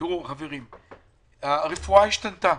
הרפואה השתנתה.